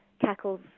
Cackle's